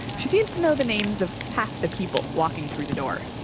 she seems to know the names of half the people walking through the door